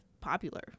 popular